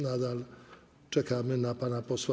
Nadal czekamy na pana posła